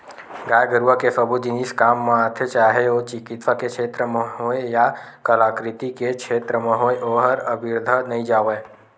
गाय गरुवा के सबो जिनिस काम म आथे चाहे ओ चिकित्सा के छेत्र म होय या कलाकृति के क्षेत्र म होय ओहर अबिरथा नइ जावय